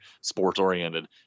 sports-oriented